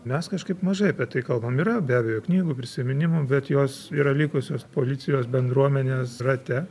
mes kažkaip mažai apie tai kalbam yra be abejo knygų prisiminimų bet jos yra likusios policijos bendruomenės rate